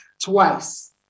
twice